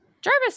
Jarvis